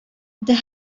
they